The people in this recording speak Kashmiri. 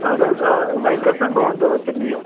اَہن حظ آ وۄنۍ کٔژن دۄہَن تھٲوٕتھ ژےٚ لیٖو